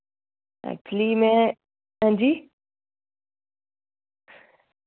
actually में अंजी